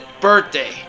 birthday